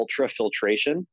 ultrafiltration